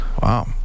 Wow